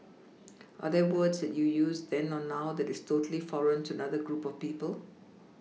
are there words that you use then or now that is totally foreign to another group of people